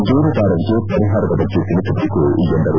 ದೂರುದಾರರಿಗೆ ಪರಿಹಾರದ ಬಗ್ಗೆ ತಿಳಿಸಬೇಕು ಎಂದರು